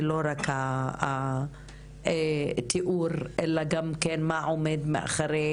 היא לא רק התיאור אלא מה עומד מאחורי